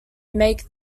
make